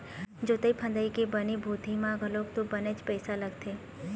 जोंतई फंदई के बनी भूथी म घलोक तो बनेच पइसा लगथे